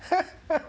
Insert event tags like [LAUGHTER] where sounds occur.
[LAUGHS]